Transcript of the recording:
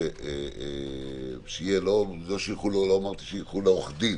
צריך המחוקק להתערב כדי לחייב אותם לקבל ייעוץ משטי.